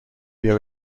بیا